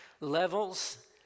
levels